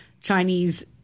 Chinese